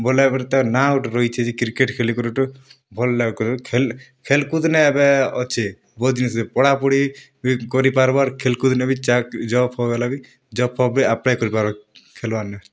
ଭଲ୍ ଭାବ୍ରେ ତା'ର୍ ନାଁ ଗୁଟେ ରହିଛେ ଯେ କ୍ରିକେଟ୍ ଖେଲିକରି ଗୁଟେ ଭଲ୍ ଖେଲ୍ ଖେଲ୍ କୁଦ୍ ନେ ଏବେ ଅଛେ ବହୁତ୍ ଜିନିଷ୍ ବି ପଢ଼ାପୁଢ଼ି ଏ କରିପାର୍ବା ଆର୍ ଖେଲ୍ କୁଦ୍ନେ ବି ଚାକ୍ରି ଜବ୍ଫବ୍ ହେଲେବି ଜବ୍ଫବ୍ ବି ଆପ୍ଲାଇ କରିପାର୍ବ ଖେଲ୍ବାର୍ନେ